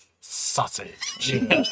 sausage